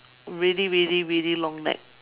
really really really long neck